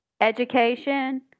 education